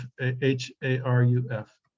h-a-r-u-f